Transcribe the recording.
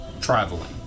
traveling